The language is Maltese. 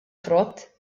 frott